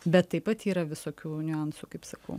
bet taip pat yra visokių niuansų kaip sakau